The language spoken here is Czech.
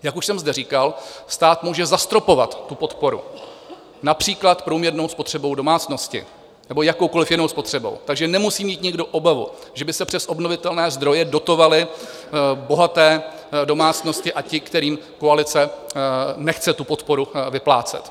Jak už jsem zde říkal, stát může zastropovat tu podporu, například průměrnou spotřebou domácnosti nebo jakoukoliv jinou spotřebou, takže nemusí mít nikdo obavu, že by se přes obnovitelné zdroje dotovaly bohaté domácnosti, a ti, kterým koalice nechce tu podporu vyplácet.